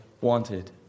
wanted